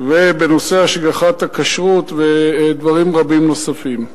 ובנושא השגחת הכשרות ודברים רבים נוספים,